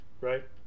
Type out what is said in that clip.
right